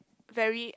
very